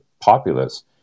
populace